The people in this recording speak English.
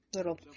little